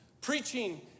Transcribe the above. Preaching